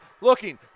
looking